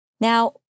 Now